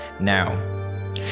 now